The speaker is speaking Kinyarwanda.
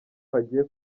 hagiye